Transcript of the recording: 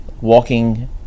walking